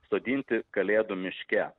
sodinti kalėdų miške